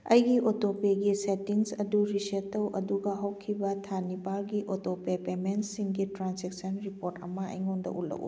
ꯑꯩꯒꯤ ꯑꯣꯇꯣ ꯄꯦꯒꯤ ꯁꯦꯇꯤꯡꯁ ꯑꯗꯨ ꯔꯤꯁꯦꯠ ꯇꯧ ꯑꯗꯨꯒ ꯍꯧꯈꯤꯕ ꯊꯥ ꯅꯤꯄꯥꯜꯒꯤ ꯑꯣꯇꯣ ꯄꯦ ꯄꯦꯃꯦꯟꯁꯤꯡꯒꯤ ꯇ꯭ꯔꯥꯟꯁꯦꯛꯁꯟ ꯔꯤꯄꯣꯔꯠ ꯑꯃ ꯑꯩꯉꯣꯟꯗ ꯎꯠꯂꯛꯎ